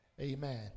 Amen